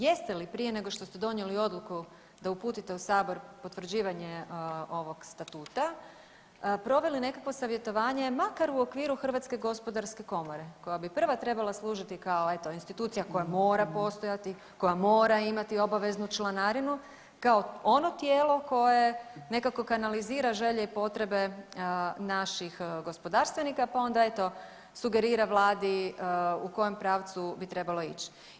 Jeste li prije nego što ste donijeli odluku da uputite u sabor potvrđivanje ovog statuta proveli nekakvo savjetovanje makar i u okviru HGK koja bi prva trebala služiti kao eto institucija koja mora postojati, koja mora imati obaveznu članarinu, kao ono tijelo koje nekako kanalizira želje i potrebe naših gospodarstvenika pa onda eto sugerira Vladi u kojem pravcu bi trebalo ići.